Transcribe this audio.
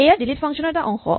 এয়া delete function ৰ এটা অংশ